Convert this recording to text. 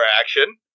action